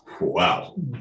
Wow